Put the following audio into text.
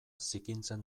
zikintzen